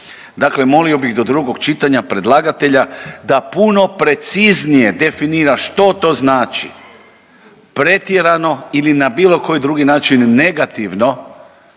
Dakle, molio bih do drugog čitanja predlagatelja da puno preciznije definira što to znači pretjerano ili na bilo koji drugi način negativno